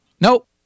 Nope